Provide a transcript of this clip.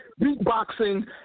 beatboxing